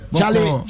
Charlie